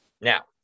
Now